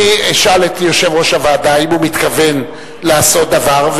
אני אשאל את יושב-ראש הוועדה אם הוא מתכוון לעשות דבר,